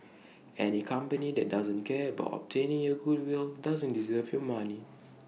any company that doesn't care about obtaining your goodwill doesn't deserve your money